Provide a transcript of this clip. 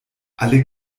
alle